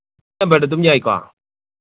ꯁꯤ ꯅꯝꯕꯔꯗ ꯑꯗꯨꯝ ꯌꯥꯏꯀꯣ